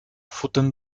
futtern